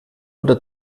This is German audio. oder